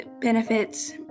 benefits